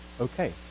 okay